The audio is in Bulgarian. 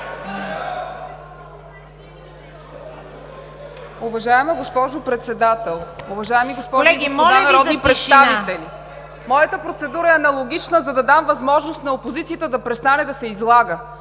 Уважаема госпожо Председател, уважаеми госпожи и господа народни представители! Моята процедура е аналогична, за да дам възможност на опозицията да престане да се излага!